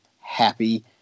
happy